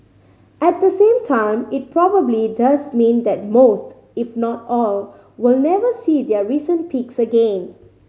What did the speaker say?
at the same time it probably does mean that most if not all will never see their recent peaks again